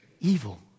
evil